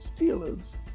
Steelers